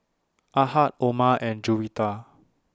Ahad Omar and Juwita